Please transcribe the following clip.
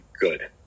good